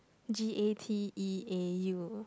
G_A_T_E_A_U